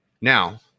Now